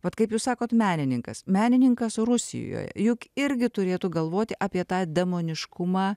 vat kaip jūs sakot menininkas menininkas rusijoje juk irgi turėtų galvoti apie tą demoniškumą